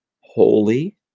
holy